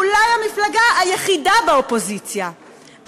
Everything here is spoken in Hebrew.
אולי המפלגה היחידה באופוזיציה,